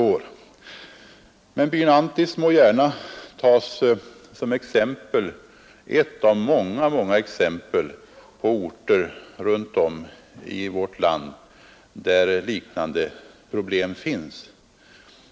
Byn Anttis må gärna tas som exempel på orter — en av många — runt om i vårt land där liknande problem finns.